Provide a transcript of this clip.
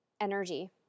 energy